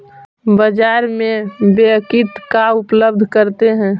बाजार में व्यक्ति का उपलब्ध करते हैं?